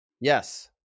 Yes